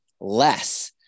less